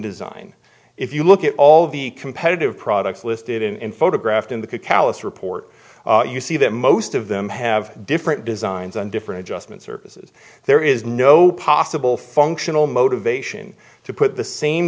design if you look at all the competitive products listed in photographed in the callus report you see that most of them have different designs on different adjustment services there is no possible functional motivation to put the same